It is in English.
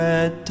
Red